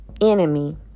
enemy